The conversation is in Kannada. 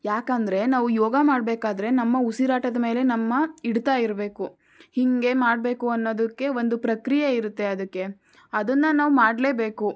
ಯಾಕೆಂದ್ರೆ ನಾವು ಯೋಗ ಮಾಡಬೇಕಾದ್ರೆ ನಮ್ಮ ಉಸಿರಾಟದ ಮೇಲೆ ನಮ್ಮ ಹಿಡ್ತಾ ಇರಬೇಕು ಹೀಗೇ ಮಾಡಬೇಕು ಅನ್ನೋದಕ್ಕೆ ಒಂದು ಪ್ರಕ್ರಿಯೆ ಇರುತ್ತೆ ಅದಕ್ಕೆ ಅದನ್ನು ನಾವು ಮಾಡಲೇ ಬೇಕು